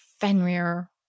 fenrir